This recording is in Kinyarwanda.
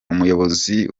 umuyobozi